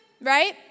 right